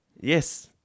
Yes